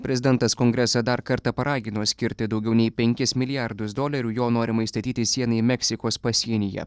prezidentas kongresą dar kartą paragino skirti daugiau nei penkis milijardus dolerių jo norimai statyti sienai meksikos pasienyje